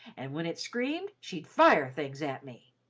and when it screamed, she'd fire things at me.